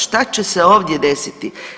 Šta će se ovdje desiti?